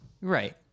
right